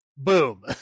Boom